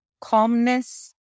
calmness